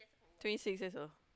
twenty six years old